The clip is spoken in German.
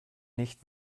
nicht